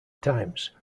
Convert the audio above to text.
times